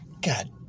God